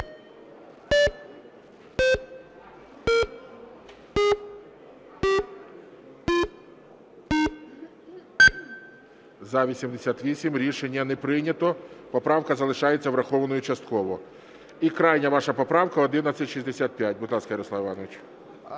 За-88 Рішення не прийнято. Поправка залишається врахованою частково. І крайня ваша поправка 1165, будь ласка, Ярослав Іванович.